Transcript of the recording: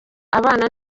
abana